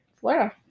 Florida